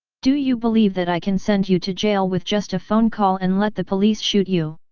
do you believe that i can send you to jail with just a phone call and let the police shoot you!